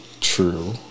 true